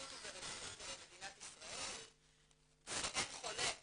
בסמכות וברשות מדינת ישראל שאין חולק